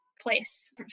place